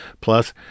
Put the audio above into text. Plus